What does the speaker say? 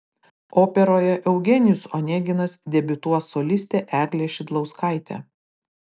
operoje eugenijus oneginas debiutuos solistė eglė šidlauskaitė